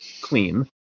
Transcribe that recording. clean